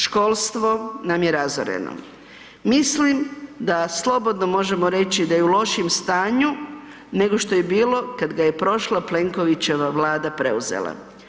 Školstvo nam je razoreno, mislim da slobodno možemo reći da je u lošijem stanju nego što je bila kada ga je prošla Plenkovićeva vlada preuzela.